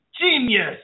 Genius